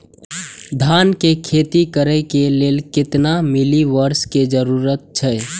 धान के खेती करे के लेल कितना मिली वर्षा के जरूरत छला?